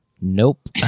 Nope